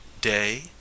day